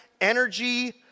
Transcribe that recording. energy